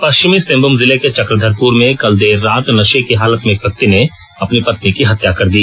पश्चिमी सिंहभूम जिले के चक्रधरपुर में कल देर रात नशे की हालत में एक व्यक्ति ने अपनी पत्नी की हत्या कर दी